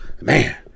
Man